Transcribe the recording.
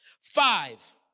Five